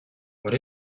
what